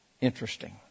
Interesting